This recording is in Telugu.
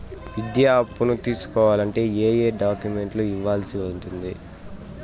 విద్యా అప్పును తీసుకోవాలంటే ఏ ఏ డాక్యుమెంట్లు ఇవ్వాల్సి ఉంటుంది